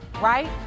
Right